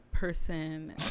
person